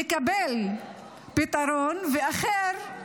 יקבל פתרון, ואחר,